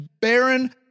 Baron